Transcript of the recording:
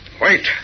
Wait